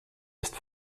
ist